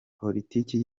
politiki